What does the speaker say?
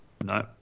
No